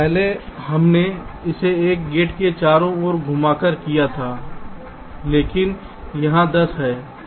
पहले हमने इसे एक गेट के चारों ओर घुमाकर किया था लेकिन यहाँ 10 है